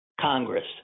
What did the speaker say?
Congress